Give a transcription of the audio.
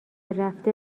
رفته